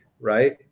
right